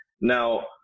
Now